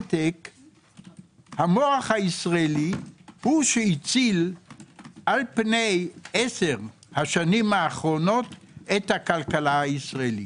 המוח הישראלי הוא שהציל על פני עשר השנים האחרונות את הכלכלה הישראלית.